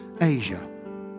Asia